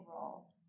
role